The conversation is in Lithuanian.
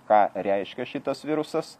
ką reiškia šitas virusas